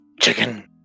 chicken